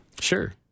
Sure